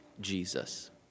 Jesus